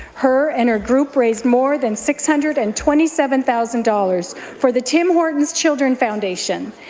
her and her group raised more than six hundred and twenty seven thousand dollars for the tim hortons children foundation.